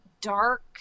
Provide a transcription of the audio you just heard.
dark